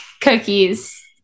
Cookies